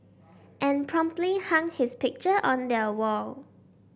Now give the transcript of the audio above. and promptly hung his picture on their wall